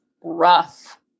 rough